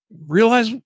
realize